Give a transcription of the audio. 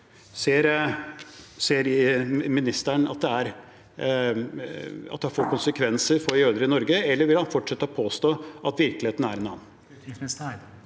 Ser ministeren at det får konsekvenser for jøder i Norge, eller vil han fortsette med å påstå at virkeligheten er en annen?